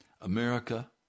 America